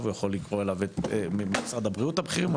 הוא יכול לקרוא אליו ממשרד הבריאות את הבכירים ,